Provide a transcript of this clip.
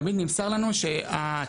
תמיד נמסר לנו שהטיפול,